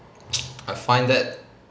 I find that